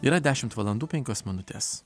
yra dešimt valandų penkios minutės